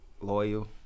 Loyal